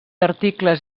articles